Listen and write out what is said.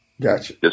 Gotcha